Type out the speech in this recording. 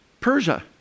Persia